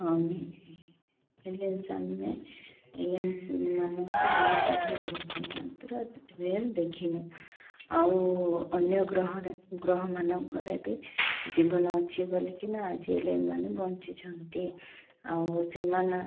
ହଁ ଏଲିଏନ୍ସ ଆମେ ଏଲିଏନ୍ସ ମାନଙ୍କୁ ଆମେ ଟିଭିରେ ଦେଖିଛୁ ମାତ୍ର ରିଏଲ ଦେଖିନୁ ଆଉ ଅନ୍ୟ ଗ୍ରହରେ ଗ୍ରହମାନଙ୍କରେ ବି ଜୀବନ ଅଛି ବୋଲିକିନା ଆଜି ଏଲିଏନ୍ ମାନେ ବଞ୍ଚିଛନ୍ତି ଆଉ ସେମାନେ